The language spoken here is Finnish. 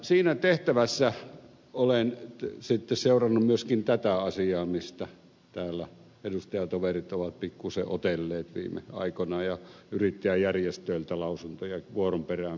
siinä tehtävässä olen sitten seurannut myöskin tätä asiaa mistä täällä edustajatoverit ovat pikkuisen otelleet viime aikoina ja yrittäjäjärjestöiltä lausuntoja vuoron perään pyytäneet